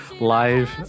live